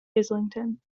islington